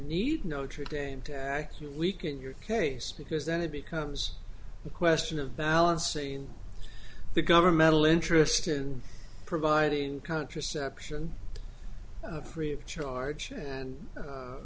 need notre dame to weaken your case because then it becomes a question of balancing the governmental interest and providing contraception free of charge and